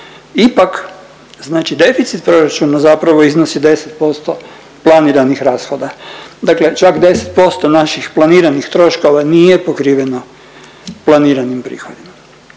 ipak znači deficit proračuna zapravo iznosi 10% planiranih rashoda, dakle čak 10% naših planiranih troškova nije pokriveno planiranim prihodom.